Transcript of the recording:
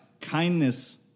kindness